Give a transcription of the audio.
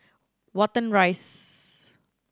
Watten Rise